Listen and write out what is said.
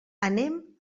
anem